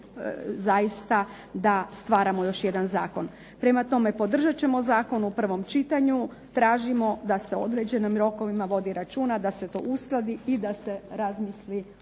zaista da stvaramo još jedan zakon. Prema tome podržat ćemo zakon u prvom čitanju, tražimo da se o određenim rokovima vodi računa, da se to uskladi i da se razmisli o